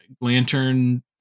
Lantern